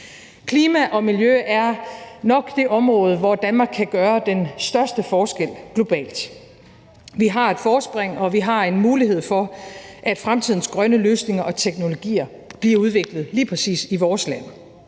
Klima og miljø er nok det område, hvor Danmark kan gøre den største forskel globalt. Vi har et forspring, og vi har en mulighed for, at fremtidens grønne løsninger og teknologier bliver udviklet i lige præcis vores land.